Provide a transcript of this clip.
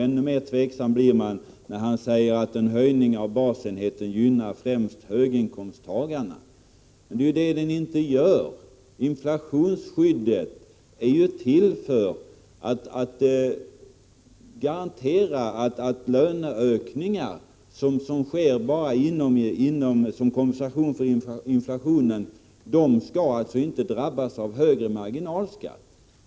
Ännu mer tveksam blir man när Olle Westberg säger att en höjning av basenheten gynnar främst höginkomsttagarna. Men det är ju det den inte gör. Inflationsskyddet är till för att garantera att löneökningar som sker bara som kompensation för inflationen inte skall drabbas av högre marginalskatt.